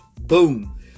boom